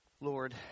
Lord